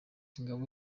ingabo